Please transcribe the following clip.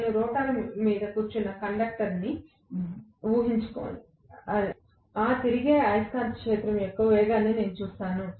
నేను రోటర్ మీద కూర్చున్న కండక్టర్ అని g హించుకోండి ఆ తిరిగే అయస్కాంత క్షేత్రం యొక్క వేగం నేను చూస్తాను